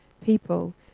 people